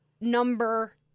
number